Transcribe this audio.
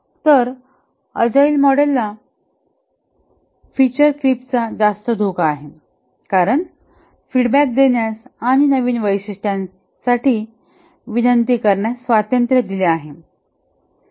तरअजाईल मॉडेलला feature creep चा जास्त धोका आहे कारण फीडबॅक देण्यास आणि नवीन वैशिष्ट्यांसाठी विनंती करण्यास स्वातंत्र्य दिले आहे